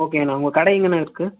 ஓகேங்கண்ணா உங்கள் கடை எங்கேண்ணா இருக்கு